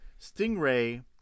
Stingray